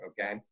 Okay